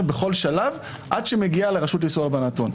בכל שלב עד שהיא מגיעה לרשות לאיסור הלבנת הון.